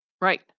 Right